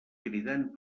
cridant